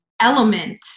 element